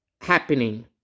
happening